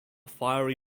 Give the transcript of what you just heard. fiery